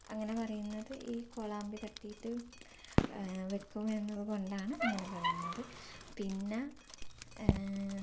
അങ്ങനെ പറയുന്നത് ഈ കോളാമ്പി തട്ടിയിട്ട് വക്കും എന്നത് കൊണ്ടാണ് ഇങ്ങനെ പറയുന്നത് പിന്നെ